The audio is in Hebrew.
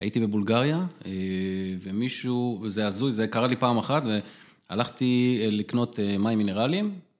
הייתי בבולגריה, ומישהו, וזה הזוי, זה קרה לי פעם אחת, הלכתי לקנות מים מינרליים.